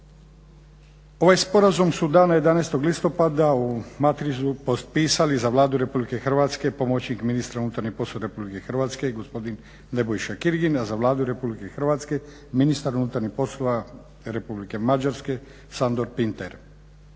Ovaj sporazum su dana 11.listopada u Matrizu potpisali za Vladu RH pomoćnik ministra unutarnjih poslova RH gospodin Nebojša Kirigin a za Vladu RH ministar unutarnjih poslova RH Mađarske Sandor Pinter.